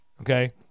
Okay